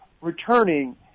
returning